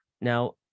Now